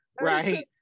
Right